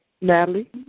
Natalie